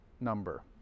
number